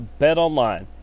BetOnline